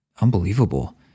unbelievable